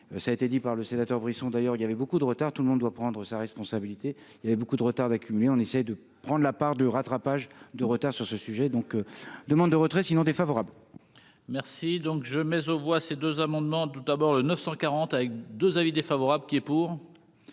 ça a été dit par le sénateur Brisson, d'ailleurs, il y avait beaucoup de retard, tout le monde doit prendre sa responsabilité, il y avait beaucoup de retard d'accumuler, on essaye de prendre la part de rattrapage de retard sur ce sujet donc demande de retrait sinon défavorable. Merci donc je mais aux voix ces deux amendements tout d'abord le 940 avec 2 avis défavorables. Qui est pour,